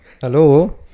hello